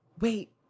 Wait